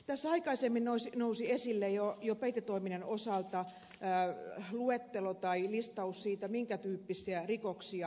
tässä aikaisemmin nousi esille jo peitetoiminnan osalta listaus siitä minkä tyyppisiä rikoksia voidaan tehdä